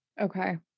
Okay